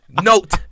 Note